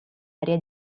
aria